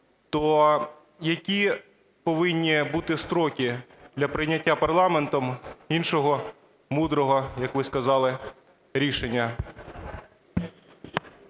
то які повинні бути строки для прийняття парламентом іншого, мудрого, як ви сказали, рішення?